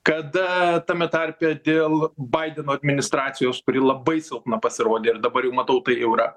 kada tame tarpe dėl baideno administracijos kuri labai silpna pasirodė ir dabar jau matau tai jau yra